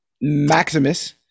Maximus